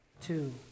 two